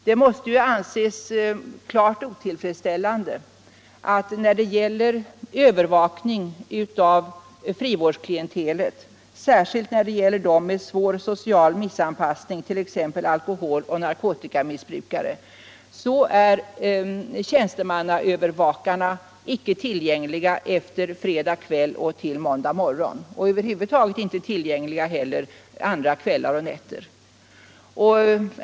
Det måste anses klart otillfredsställande att när det gäller övervakning av frivårdsklientelet — särskilt då människor med svår social missanpassning som alkoholoch narkotikamissbrukare — är tjänstemannaövervakarna icke tillgängliga från fredag kväll till måndag morgon, och de är f.ö. inte heller tillgängliga andra kvällar och nätter.